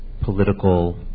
political